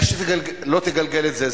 איך שלא תגלגל את זה,